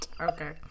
Okay